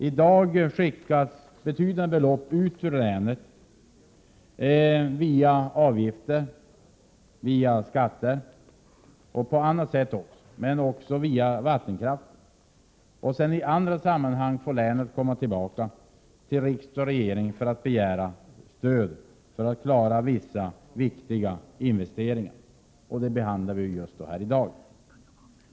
I dag skickas betydande belopp ut ur länet via avgifter, via skatter och på andra sätt men också via vattenkraften. I andra sammanhang får länet sedan komma tillbaka till riksdag och regering och begära stöd för att klara viktiga investeringar. De frågorna behandlar vi här just i dag.